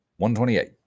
128